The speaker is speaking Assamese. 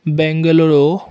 বেংগালোৰো